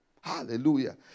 Hallelujah